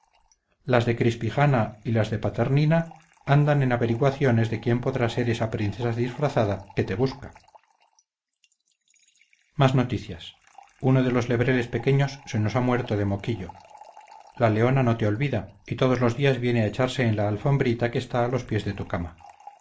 las de crispijana y las de paternina andan en averiguaciones de quién podrá ser esa princesa disfrazada que te busca más noticias uno de los lebreles pequeños se nos a muerto de moquillo la leona no te olvida y todos los días viene a echarse en la alfombrita que está a los pies de tu cama